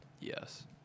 Yes